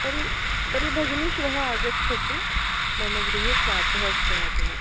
तर्हि तर्हि भगिनी श्वः आगच्छतु मम गृहे प्रातः अष्टवादने